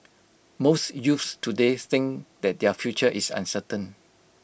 most youths today think that their future is uncertain